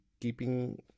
keeping